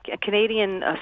Canadian